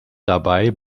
dabei